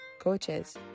coaches